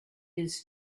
his